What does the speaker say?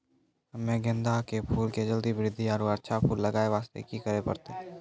हम्मे गेंदा के फूल के जल्दी बृद्धि आरु अच्छा फूल लगय वास्ते की करे परतै?